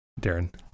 darren